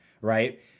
right